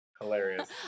Hilarious